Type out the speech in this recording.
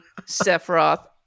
Sephiroth